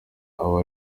aba